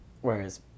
whereas